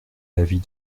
l’avis